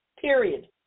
period